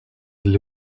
для